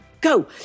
go